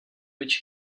which